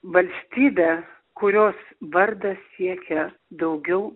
valstybę kurios vardas siekia daugiau